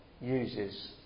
uses